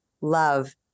love